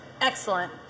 Excellent